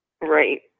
Right